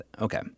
Okay